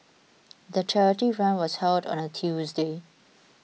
the charity run was held on a Tuesday